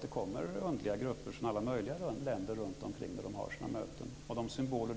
Det kommer ju underliga grupper från alla möjliga länder där de har sina möten. Deras symboler